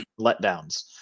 letdowns